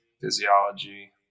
physiology